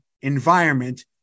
environment